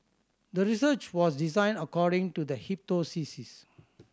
the research was designed according to the hypothesis